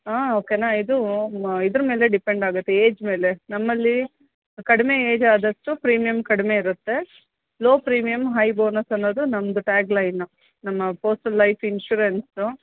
ಹಾಂ ಓಕೆನಾ ಇದು ಇದ್ರ್ಮೇಲೆ ಡಿಪೆಂಡಾಗತ್ತೆ ಏಜ್ ಮೇಲೆ ನಮ್ಮಲ್ಲಿ ಕಡಿಮೆ ಏಜಾದಷ್ಟು ಪ್ರೀಮಿಯಮ್ ಕಡಿಮೆ ಇರುತ್ತೆ ಲೋ ಪ್ರೀಮಿಯಮ್ ಹೈ ಬೋನಸ್ ಅನ್ನೋದು ನಮ್ಮದು ಟ್ಯಾಗ್ಲೈನು ನಮ್ಮ ಪೋಸ್ಟಲ್ ಲೈಫ್ ಇನ್ಶೂರೆನ್ಸು